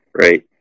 right